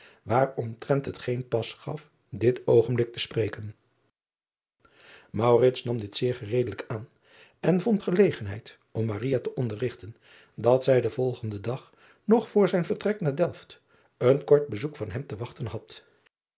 waaromtrent het geen pas gaf dit oogenblik te spreken nam dit zeer gereedelijk aan en vond gelegenheid om te onderrigten dat zij den volgenden dag nog voor zijn vertrek naar elft een kort bezoek van hem te wachten had